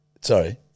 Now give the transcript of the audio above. Sorry